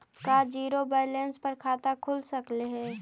का zero balance पर खाता खुल सकले हे?